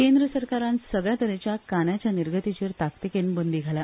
केंद्र सरकारान सगल्या तरेच्या कांद्याच्या निर्गतीचेर ताकतिकेन बंदी घाल्या